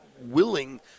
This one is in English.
willing